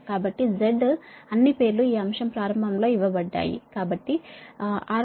కాబట్టి z అన్ని పేర్లు ఈ అంశం ప్రారంభంలో ఇవ్వబడ్డాయి కాబట్టి rjωLgjω jωC